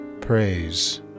Praise